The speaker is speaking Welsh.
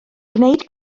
gwneud